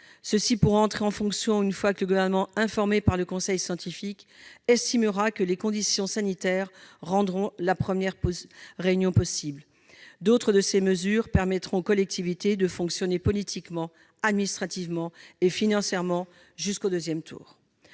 Ceux-ci pourront entrer en fonction une fois que le Gouvernement, informé par le conseil scientifique, estimera que les conditions sanitaires rendent la première réunion possible. D'autres dispositions permettront aux collectivités de fonctionner politiquement, administrativement et financièrement jusqu'au deuxième tour.